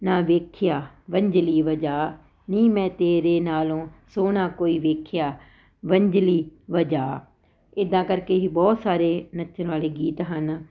ਨਾ ਵੇਖਿਆ ਵੰਝਲੀ ਵਜਾ ਨੀ ਮੈਂ ਤੇਰੇ ਨਾਲੋਂ ਸੋਹਣਾ ਕੋਈ ਵੇਖਿਆ ਵੰਝਲੀ ਵਜਾ ਇੱਦਾਂ ਕਰਕੇ ਹੀ ਬਹੁਤ ਸਾਰੇ ਨੱਚਣ ਵਾਲੇ ਗੀਤ ਹਨ